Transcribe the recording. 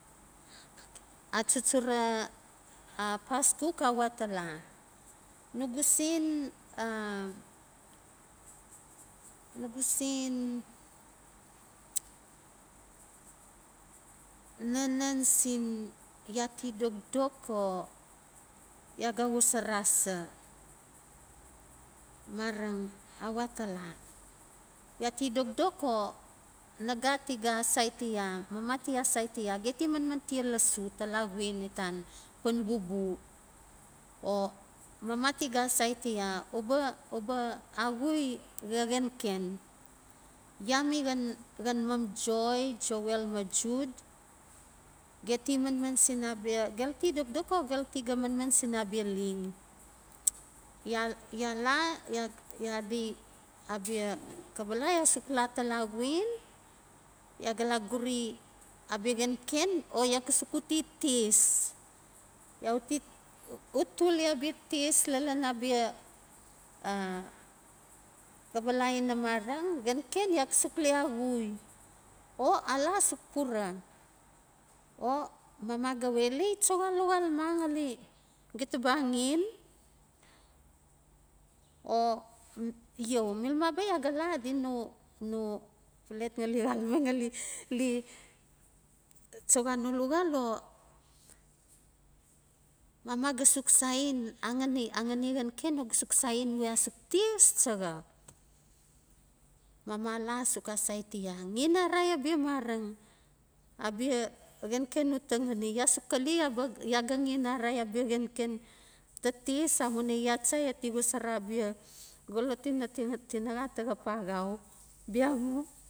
Achuchura a paskuk a we atala. Nugu sen a nugu sen nanan sin ya ti dokdok ya ga xosora sa? Mareng a watala ya, ti dokdok o naga ti ga saiti ya, mama ti asaiti ya, ge ti manman lasu ta xuen itan panpubu o mam tiga asaiti ya uba, uba axui xa xenxen. Ya mi xan xan mam joy, joel ma hude ge ti manman sin abia, gelu ti dokdok o gelu ti manman sin abia leng. Ya la ya ga la guri abia xenxen o ya ga suk uti tes. Ya ut tuali abia tes lalan abia a a kabala ina xenxen ya ga suk le axul, ala asuk pura. O mama ga we lei choxa luxal ma ngali gita ba axen, o iau milmaba ya ga la adi no no palet ngali xalame ngali le xoxa no luxal o mama ga suk saen, a xani, a xani xenxen o ga saen we asuk tes chaxa, mama ala a suk asaiti ya yen arari abia marang abia xenxen uta xani, la suk xale ya ga xen arai, abia xenxen ta tes amuina ya cha ya xosora abia xolot ina tinaxa taxap axau, bia mu.